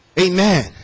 Amen